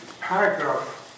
Paragraph